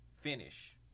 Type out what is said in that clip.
finish